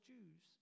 Jews